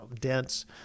dense